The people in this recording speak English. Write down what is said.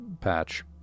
patch